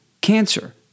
cancer